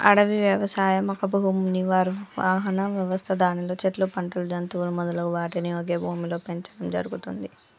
అడవి వ్యవసాయం ఒక భూనిర్వహణ వ్యవస్థ దానిలో చెట్లు, పంటలు, జంతువులు మొదలగు వాటిని ఒకే భూమిలో పెంచడం జరుగుతుంది